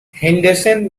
henderson